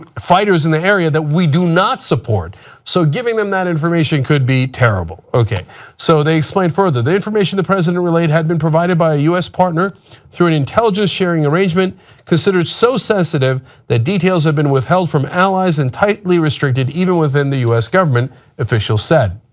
ah fighters in the area that we do not support so giving them the information could be terrible. so they explain further, the information the president relate had been provided by us partner through an intelligence sharing arrangement consented so sensitive that details had been withheld from allies entirely restricted even within the us government official said.